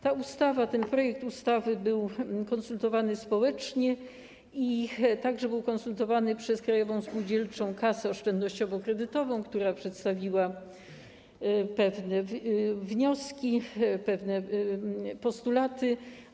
Ten projekt ustawy był konsultowany społecznie, a także był konsultowany przez Krajową Spółdzielczą Kasę Oszczędnościowo-Kredytową, która przedstawiła pewne wnioski, pewne postulaty.